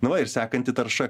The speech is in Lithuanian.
na va ir sekanti tarša